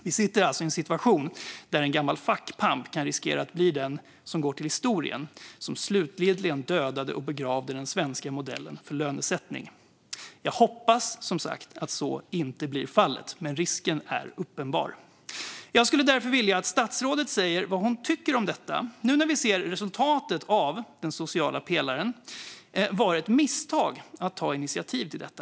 Vi sitter alltså i en situation där en gammal fackpamp kan riskera att gå till historien som den som slutligen dödade och begravde den svenska modellen för lönesättning. Jag hoppas att så inte blir fallet, men risken är uppenbar. Jag skulle därför vilja att statsrådet säger vad hon tycker om detta när vi nu ser resultatet av den sociala pelaren. Var det ett misstag att ta initiativ till detta?